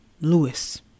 Lewis